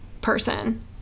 person